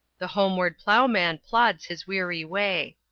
the homeward ploughman plods his weary way.